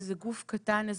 איזה גוף קטן,